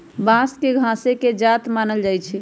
बांस के घासे के जात मानल जाइ छइ